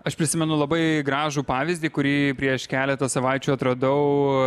aš prisimenu labai gražų pavyzdį kurį prieš keletą savaičių atradau